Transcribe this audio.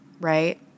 right